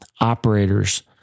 operators